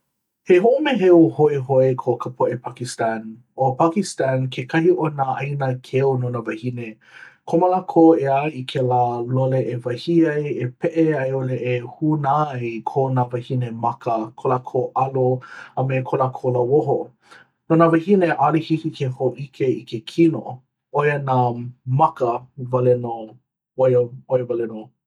He moʻomeheu hoihoi ko ka poʻe pakistan ʻo pakistan kekahi o nā ʻāina keu no nā wahine. Komo lākou ʻeā i kēlā lole e wahī ai e peʻe a i ʻole e hūnā ai i kō nā wahine maka ko lākou alo a me ko lākou lauoho. No nā wahine ʻaʻole hiki ke hōʻike i ke kino. ʻOia nā maka wale nō. ʻOia ʻoia wale nō.